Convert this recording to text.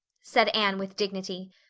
said anne with dignity,